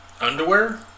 underwear